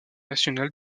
national